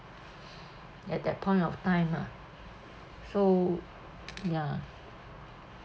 at that point of time ah so ya